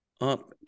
up